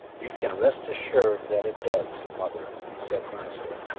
you can rest assured that it does, mother, he said, earnestly.